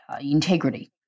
integrity